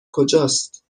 کجاست